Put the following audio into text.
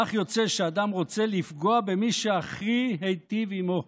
כך יוצא שאדם רוצה לפגוע במי שהכי היטיב עימו,